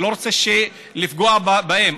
אני לא רוצה לפגוע בהם,